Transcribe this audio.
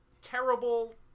terrible